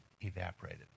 evaporated